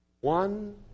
One